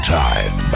time